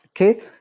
Okay